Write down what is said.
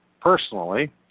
personally